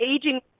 aging